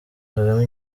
kagame